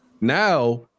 Now